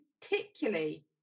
particularly